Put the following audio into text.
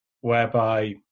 whereby